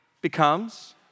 becomes